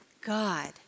God